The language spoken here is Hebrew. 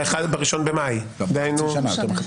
ב-1.5,